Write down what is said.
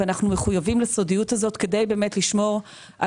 ואנחנו מחויבים לסודיות הזאת כדי לשמור על